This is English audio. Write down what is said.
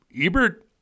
Ebert –